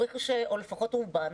או לפחות רובן,